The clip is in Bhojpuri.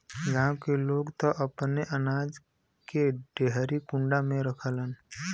गांव के लोग त अपने अनाज के डेहरी कुंडा में रखलन